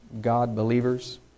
God-believers